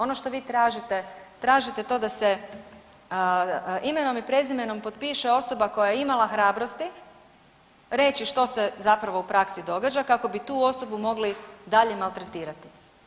Ono što vi tražite, tražite to da se imenom i prezimenom potpiše osoba koja je imala hrabrosti reći što se zapravo u praksi događa kako bi tu osobu mogli dalje maltretirati.